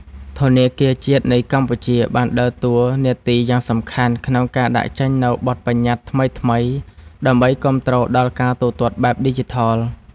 ធនាគារជាតិនៃកម្ពុជាបានដើរតួនាទីយ៉ាងសំខាន់ក្នុងការដាក់ចេញនូវបទបញ្ញត្តិថ្មីៗដើម្បីគាំទ្រដល់ការទូទាត់បែបឌីជីថល។